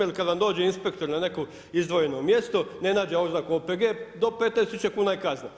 Jer kada vam dođe inspektor na neko izdvojeno mjesto, ne nađe oznaku OPG, do 15000 kn je kazna.